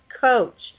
coach